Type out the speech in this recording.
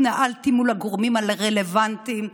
התנהלתי מול הגורמים הרלוונטיים.